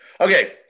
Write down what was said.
Okay